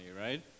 right